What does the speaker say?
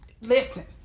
Listen